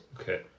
Okay